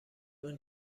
اون